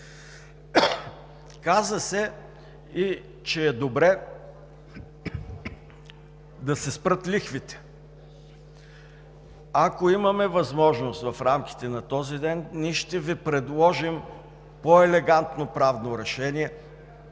Каза се и че е добре да се спрат лихвите. Ако имаме възможност в рамките на този ден, ние ще Ви предложим по-елегантно правно решение,